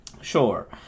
Sure